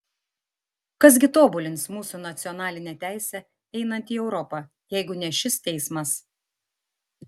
kas gi tobulins mūsų nacionalinę teisę einant į europą jeigu ne šis teismas